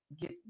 get